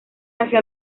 hacia